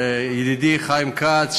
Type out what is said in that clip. ידידי חיים כץ,